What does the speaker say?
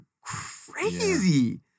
crazy